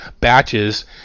batches